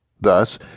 Thus